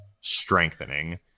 strengthening